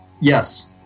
Yes